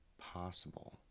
possible